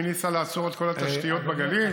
מי ניסה לעצור את כל התשתיות בגליל?